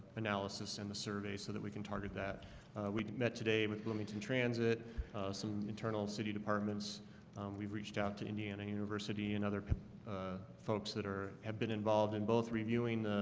analysis and the survey so that we can target that we met today with bloomington transit some internal city departments we've reached out to indiana university and other folks that are have been involved in both reviewing